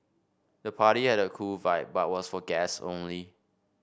the party had a cool vibe but was for guests only